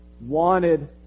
wanted